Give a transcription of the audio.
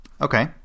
okay